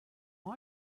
eye